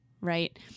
Right